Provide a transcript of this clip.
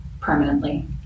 Permanently